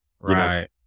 right